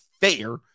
fair